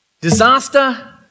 Disaster